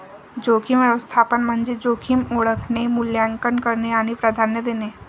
जोखीम व्यवस्थापन म्हणजे जोखीम ओळखणे, मूल्यांकन करणे आणि प्राधान्य देणे